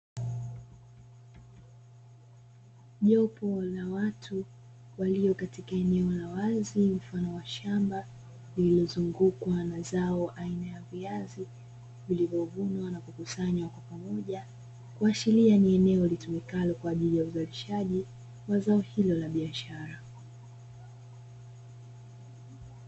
Jopo la watu walio katika eneo la wazi mfano wa shamba, lilizungukwa na zao aina ya viazi, vilivyovunwa na kukusanywa kwa pamoja, kuashiria ni eneo litumikalo kwa ajili ya uzalishaji wa zao hilo la biashara.